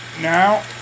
Now